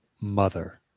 Mother